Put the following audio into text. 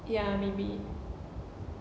ya maybe